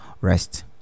rest